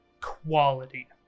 quality